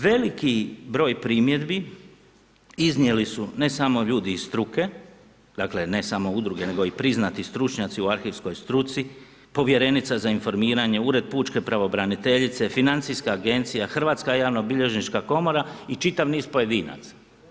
Veliki broj primjedbi iznijeli su ne samo ljudi iz struke dakle ne samo udruge nego i priznati stručnjaci u arhivskoj struci, povjerenica za informiranje, Ured pučke pravobraniteljice, Financijska agencija, Hrvatska javnobilježnička komora i čitav niz pojedinaca.